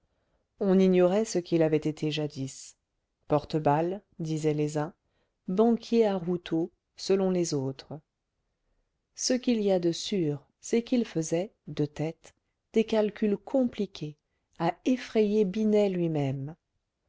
on ignorait ce qu'il avait été jadis porteballe disaient les uns banquier à routot selon les autres ce qu'il y a de sûr c'est qu'il faisait de tête des calculs compliqués à effrayer binet lui-même